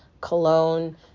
cologne